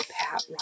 Pat